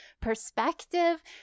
perspective